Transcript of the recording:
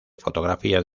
fotografías